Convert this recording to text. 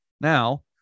now